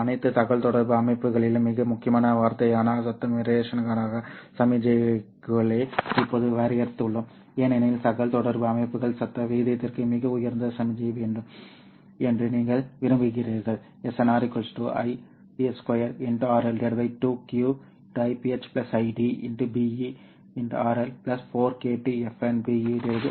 அனைத்து தகவல்தொடர்பு அமைப்புகளிலும் மிக முக்கியமான வார்த்தையான சத்தம் ரேஷனுக்கான சமிக்ஞையை இப்போது வரையறுத்துள்ளோம் ஏனெனில் தகவல் தொடர்பு அமைப்புகள் சத்த விகிதத்திற்கு மிக உயர்ந்த சமிக்ஞை வேண்டும் என்று நீங்கள் விரும்புகிறீர்கள்